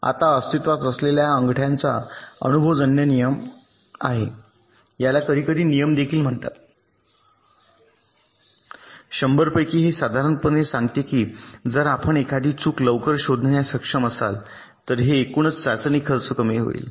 आता अस्तित्वात असलेल्या अंगठ्याचा अनुभवजन्य नियम आहे याला कधीकधी नियम देखील म्हणतात 10 पैकी हे साधारणपणे सांगते की जर आपण एखादी चूक लवकर शोधण्यात सक्षम असाल तर हे एकूणच चाचणी खर्च कमी होईल